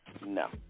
no